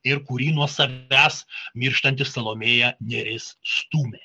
ir kurį nuo savęs mirštanti salomėja nėris stūmė